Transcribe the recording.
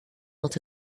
not